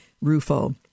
Rufo